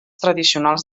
tradicionals